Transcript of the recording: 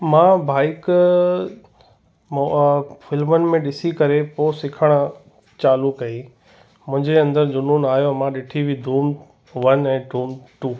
मां बाइक फ़िल्मुनि में ॾिसी करे पोइ सिखणु चालू कई मुंहिंजे अंदरि जुनूनु आयो मां ॾिठी हुई धूम वन ऐं धूम टू